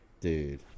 Dude